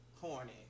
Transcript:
horny